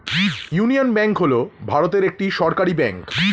union bank হল ভারতের একটি সরকারি ব্যাঙ্ক